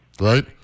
Right